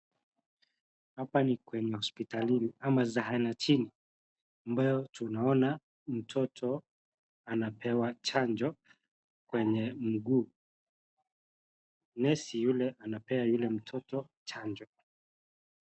Hapa ni kwenye hospitalini ama zahanatini ambayo tunaona mtoto anapewa chanjo kwenye mguu. Nesi yule anapea yule mtoto chanjo.